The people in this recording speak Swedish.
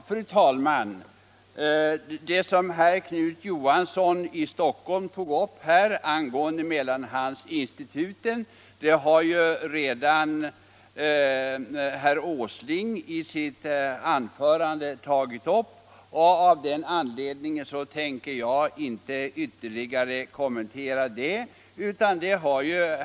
Fru talman! Frågan om mellanhandsinstituten, som herr Knut Johansson i Stockholm här tog upp, har herr Åsling redan tidigare berört, och av den anledningen tänker jag nu inte kommentera detta ytterligare.